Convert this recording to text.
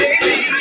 baby